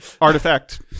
Artifact